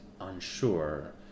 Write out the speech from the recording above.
unsure